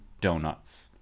Donuts